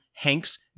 hanks